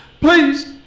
Please